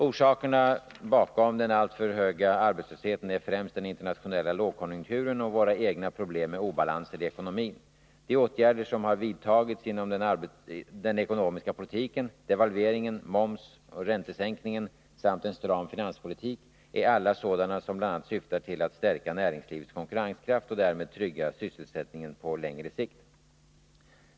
Orsakerna bakom den alltför höga arbetslösheten är främst den internationella lågkonjunkturen och våra egna problem med obalanser i ekonomin. De åtgärder som har vidtagits inom den ekonomiska politiken — devalveringen, momsoch räntesänkningen samt en stram finanspolitik — är alla sådana som bl.a. syftar till att stärka näringslivets konkurrenskraft och därmed trygga sysselsättningen på längre sikt.